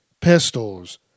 pistols